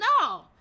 no